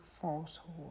falsehood